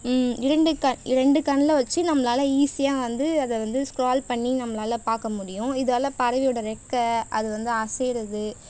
இரண்டு க இரண்டு கண்ணில் வச்சு நம்மளால் ஈஸியாக வந்து அதை வந்து ஸ்க்ரோல் பண்ணி நம்மளால் பார்க்க முடியும் இதால் பறவையோடய ரெக்கை அது வந்து அசைகிறது